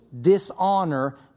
dishonor